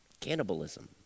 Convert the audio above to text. cannibalism